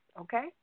Okay